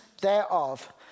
thereof